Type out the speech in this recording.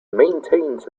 maintains